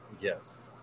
Yes